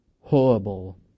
horrible